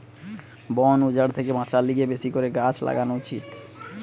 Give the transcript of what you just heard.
বন উজাড় থেকে বাঁচার লিগে বেশি করে গাছ লাগান উচিত